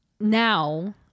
now